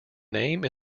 name